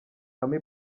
amy